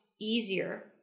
easier